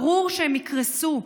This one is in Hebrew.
ברור שהם יקרסו,